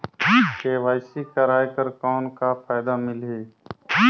KYC कराय कर कौन का फायदा मिलही?